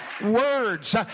Words